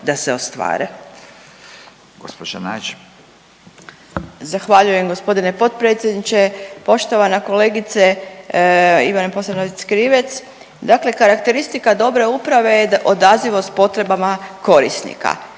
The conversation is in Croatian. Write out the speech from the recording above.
da se ostvare.